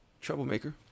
Troublemaker